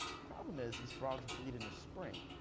problem is, is frogs breed in the spring.